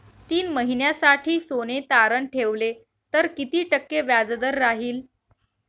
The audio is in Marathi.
तीन महिन्यासाठी सोने तारण ठेवले तर किती टक्के व्याजदर राहिल?